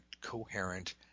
coherent